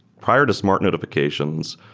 prior to smart notifications,